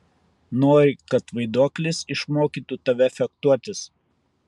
nori kad vaiduoklis išmokytų tave fechtuotis